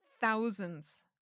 thousands